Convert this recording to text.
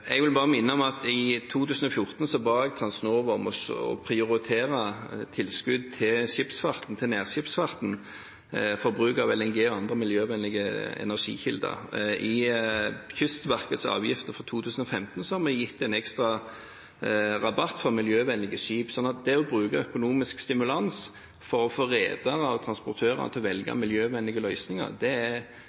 Jeg vil bare minne om at i 2014 ba jeg Transnova om å prioritere tilskudd til nærskipsfarten for bruk av LNG og andre miljøvennlige energikilder. I Kystverkets avgifter for 2015 har vi gitt en ekstra rabatt for miljøvennlige skip. Det å bruke økonomisk stimulans for å få redere og transportører til å velge miljøvennlige løsninger tror jeg er